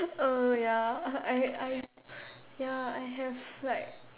oh ya I I I ya I have like